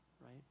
right